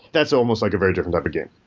that's almost like a very different other game.